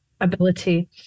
ability